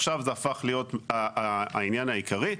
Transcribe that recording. עכשיו זה הפך להיות העניין העיקרי,